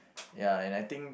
ya and I think